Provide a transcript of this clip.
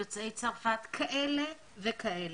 יוצאי צרפת כאלה וכאלה.